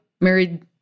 married